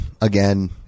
again